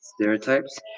stereotypes